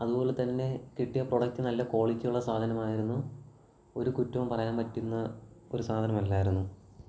അതുപോലെത്തന്നെ കിട്ടിയ പ്രൊഡക്റ്റ് നല്ല ക്വാളിറ്റിയുള്ള സാധനമായിരുന്നു ഒരു കുറ്റവും പറയാന് പറ്റുന്ന ഒരു സാധനമല്ലായിരുന്നു